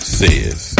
says